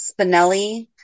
Spinelli